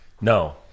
No